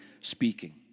speaking